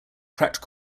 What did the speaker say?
cracked